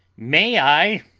may i